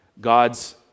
God's